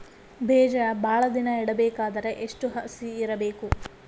ಬೇಜ ಭಾಳ ದಿನ ಇಡಬೇಕಾದರ ಎಷ್ಟು ಹಸಿ ಇರಬೇಕು?